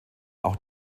auch